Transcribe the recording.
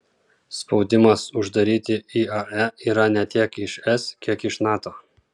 spaudimas uždaryti iae yra ne tiek iš es kiek iš nato